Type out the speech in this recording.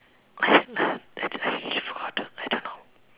I smell that's why she I don't know